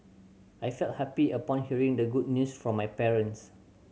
I felt happy upon hearing the good news from my parents